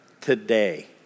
today